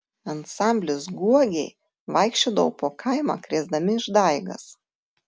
ansamblis guogiai vaikščiodavo po kaimą krėsdami išdaigas